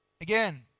Again